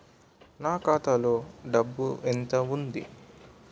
నా ఖాతాలో డబ్బు ఎంత ఉంది?